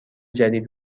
جدید